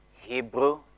Hebrew